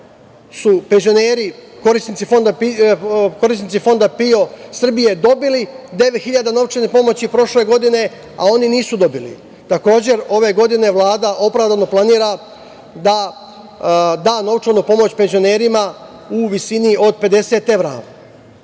su penzioneri korisnici Fonda PIO Srbije dobili devet hiljada novčane pomoći prošle godine, a oni nisu dobili. Takođe, ove godine Vlada opravdano planira da da novčanu pomoć penzionerima u visini od 50 evra. Mislim